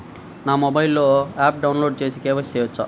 నా మొబైల్లో ఆప్ను డౌన్లోడ్ చేసి కే.వై.సి చేయచ్చా?